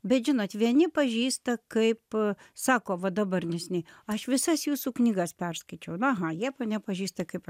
bet žinot vieni pažįsta kaip sako va dabar neseniai aš visas jūsų knygas perskaičiau aha jie mane pažįsta kaip